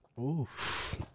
Oof